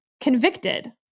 convicted